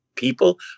people